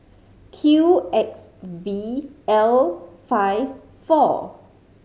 Q X V L five four